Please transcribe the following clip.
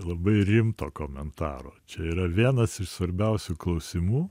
labai rimto komentaro čia yra vienas iš svarbiausių klausimų